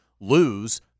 lose